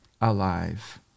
alive